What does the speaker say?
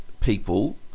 people